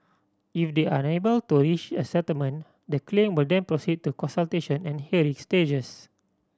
if they are unable to reach a settlement the claim will then proceed to consultation and hearing stages